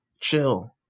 chill